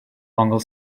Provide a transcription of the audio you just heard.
ongl